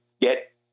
get